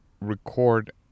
record